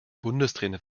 bundestrainer